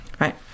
Right